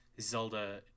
Zelda